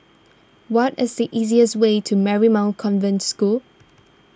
what is the easiest way to Marymount Convent School